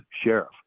sheriff